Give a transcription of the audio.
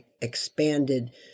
expanded